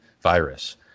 virus